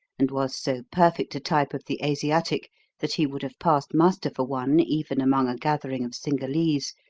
and was so perfect a type of the asiatic that he would have passed muster for one even among a gathering of cingalese,